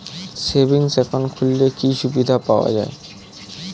Savings account খুললে কি সুবিধা পাওয়া যায়?